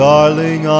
Darling